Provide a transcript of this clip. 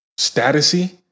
statusy